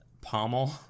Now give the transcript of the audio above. pommel